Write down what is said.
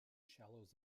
shallows